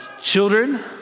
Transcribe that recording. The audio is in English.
children